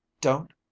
Don't